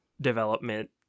development